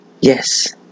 Yes